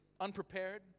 unprepared